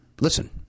listen